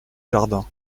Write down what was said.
jardin